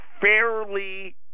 fairly